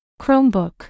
Chromebook